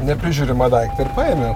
neprižiūrimą daiktą ir paėmiau